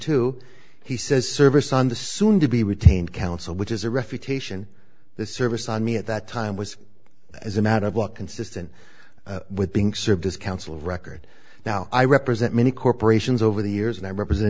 two he says service on the soon to be retained counsel which is a refutation the service on me at that time was as a matter of law consistent with being served as counsel of record now i represent many corporations over the years and i represent